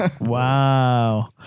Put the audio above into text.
Wow